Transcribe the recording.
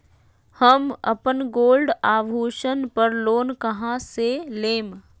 हम अपन गोल्ड आभूषण पर लोन कहां से लेम?